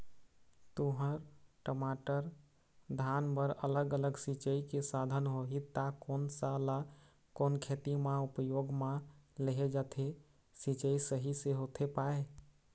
तुंहर, टमाटर, धान बर अलग अलग सिचाई के साधन होही ता कोन सा ला कोन खेती मा उपयोग मा लेहे जाथे, सिचाई सही से होथे पाए?